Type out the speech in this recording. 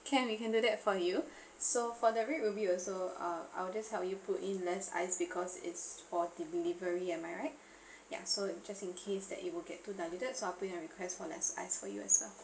can we can do that for you so for the red ruby also uh I will just help you put in less ice because it's for delivery am I right ya so just in case that you will get so I'll put in request for less ice for you as well